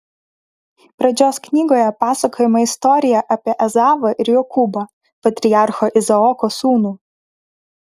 pradžios knygoje pasakojama istorija apie ezavą ir jokūbą patriarcho izaoko sūnų